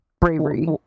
bravery